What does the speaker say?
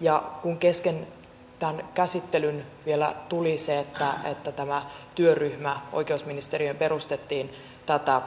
ja kun kesken tämän käsittelyn vielä tuli se että tämä työryhmä oikeusministeriöön perustettiin tätä